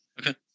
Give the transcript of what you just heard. Okay